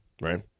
right